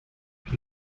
vip